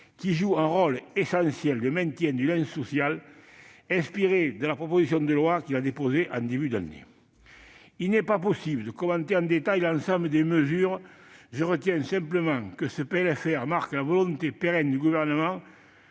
qui jouent un rôle essentiel de maintien du lien social- cette mesure est inspirée de la proposition de loi qu'Éric Gold a déposée en début d'année. Il n'est pas possible de commenter en détail l'ensemble des mesures. Je retiens simplement que ce texte marque la volonté pérenne du Gouvernement